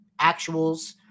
actuals